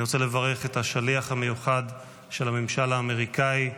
אני רוצה לברך את השליח המיוחד של הממשל האמריקאי.